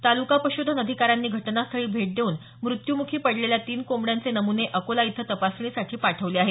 तालुका पशुधन अधिकाऱ्यांनी घटनास्थळी भेट देऊन मृत्यूमुखी पडलेल्या तीन कोंबड्यांचे नमूने अकोला इथं तपासणीसाठी पाठवले आहेत